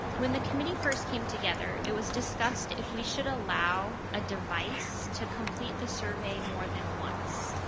when the committee first came together it was discussed if we should allow a device to complete the survey more than once.